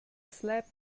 slept